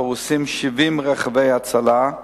פרוסים 70 רכבי הצלה,